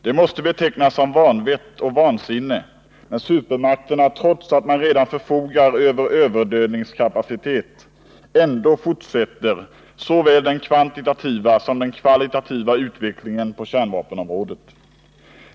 Det måste betecknas som vanvett och vansinne att supermakterna, trots att de redan förfogar över överdödningskapacitet, ändå fortsätter såväl den kvantitativa som den kvalitativa utvecklingen på kärnvapenområdet.